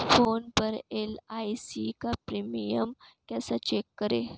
Phone पर एल.आई.सी का premium कैसे चेक करें?